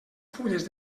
fulles